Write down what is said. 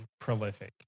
prolific